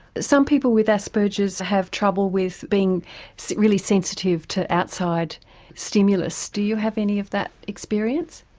some people with asperger's have trouble with being really sensitive to outside stimulus do you have any of that experience?